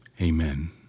amen